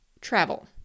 travel